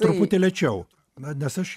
truputį lėčiau na nes aš